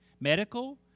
medical